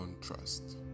trust